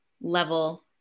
level